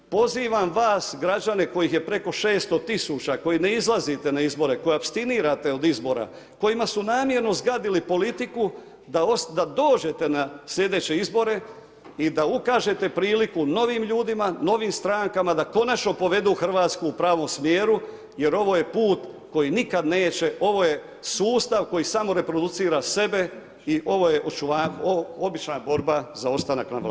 Pozivam vas građane kojih je preko 600 tisuća, koji ne izlazite na izbore, koji apstinirate od izbora, kojima su namjerno zgadili politiku, da dođete na sljedeće izbore i da ukažete priliku novim ljudima, novim strankama da konačno povedu Hrvatsku u pravom smjeru jer ovo je put koji nikad neće, ovo je sustav koji samo reproducira sebe i ovu je obična borba za ostanak na vlasti.